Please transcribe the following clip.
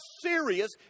serious